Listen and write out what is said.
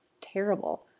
terrible